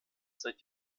seit